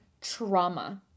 trauma